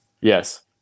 Yes